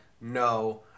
no